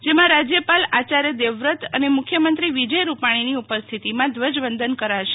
જેમાં રાજ્યપાલ આયાર્થ દેવ વ્રત અને મુખ્યમંત્રી વિજય રૂપાણીની ઉપસ્થ્તીમાં ધ્વજવંદન કરાશે